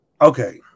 Okay